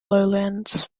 lowlands